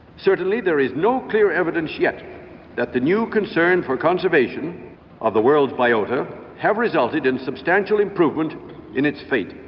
certainly there is no clear evidence yet that the new concern for conservation of the world's biota have resulted in substantial improvement in its fate.